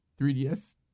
3DS